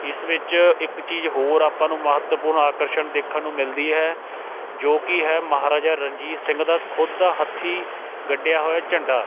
ਇਸ ਵਿੱਚ ਇੱਕ ਚੀਜ਼ ਹੋਰ ਆਪਾਂ ਨੂੰ ਮਹੱਤਵਪੂਰਨ ਆਕਰਸ਼ਣ ਦੇਖਣ ਨੂੰ ਮਿਲਦੀ ਹੈ ਜੋ ਕਿ ਹੈ ਮਹਾਰਾਜਾ ਰਣਜੀਤ ਸਿੰਘ ਦਾ ਖੁਦ ਦਾ ਹੱਥੀ ਗੱਡਿਆ ਹੋਇਆ ਝੰਡਾ